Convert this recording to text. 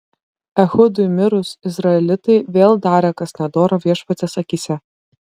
ehudui mirus izraelitai vėl darė kas nedora viešpaties akyse